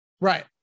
Right